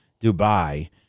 Dubai